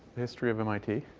history of mit.